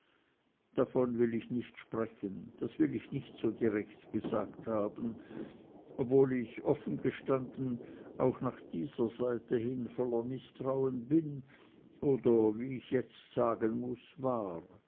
davon will ich nicht sprechen das will ich nicht so direkt gesagt haben obwohl ich offen gestanden auch nach dieser seite hin voller mißtrauen bin oder wie ich jetzt sagen muß war